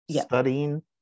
studying